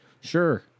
Sure